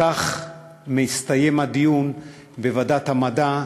כך הסתיים הדיון בוועדת המדע,